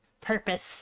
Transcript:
purpose